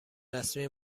رسمی